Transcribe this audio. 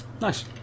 Nice